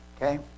Okay